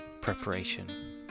preparation